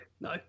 No